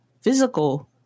physical